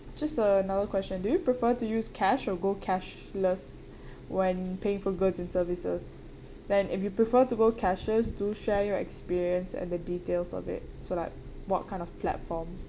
just uh another question do you prefer to use cash or go cashless when paying for goods and services then if you prefer to go cashless do share your experience and the details of it so like what kind of platform